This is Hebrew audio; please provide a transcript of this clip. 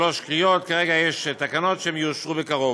שלוש קריאות, וכרגע יש תקנות, שיאושרו בקרוב.